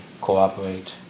cooperate